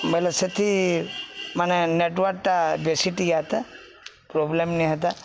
ବୋଇଲେ ସେଥି ମାନେ ନେଟୱାର୍କଟା ବେଶୀ ଟିକେ ଆତା ପ୍ରୋବ୍ଲେମ ନି ହେତା